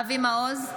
אבי מעוז,